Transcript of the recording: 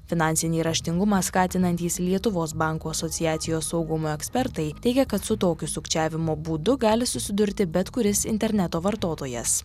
finansinį raštingumą skatinantys lietuvos bankų asociacijos saugumo ekspertai teigia kad su tokiu sukčiavimo būdu gali susidurti bet kuris interneto vartotojas